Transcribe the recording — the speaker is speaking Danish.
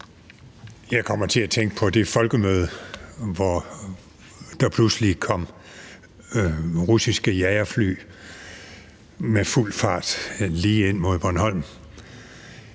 at tænke på det folkemøde, hvor der pludselig kom russiske jagerfly med fuld fart lige ind mod Bornholm.